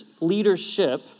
leadership